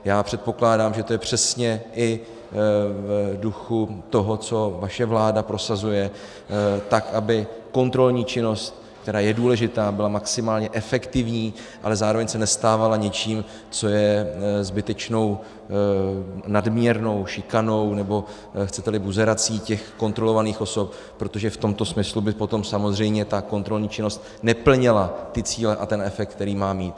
Já předpokládám, že to je přesně i v duchu toho, co vaše vláda prosazuje aby kontrolní činnost, která je důležitá, byla maximálně efektivní, ale zároveň se nestávala něčím, co je zbytečnou nadměrnou šikanou, nebo chceteli buzerací těch kontrolovaných osob, protože v tomto smyslu by potom samozřejmě ta kontrolní činnost neplnila ty cíle a ten efekt, který má mít.